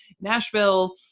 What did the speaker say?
Nashville